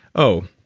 oh,